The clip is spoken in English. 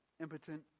impotent